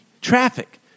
Traffic